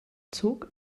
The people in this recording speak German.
zog